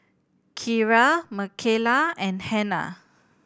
Keira Mikala and Hannah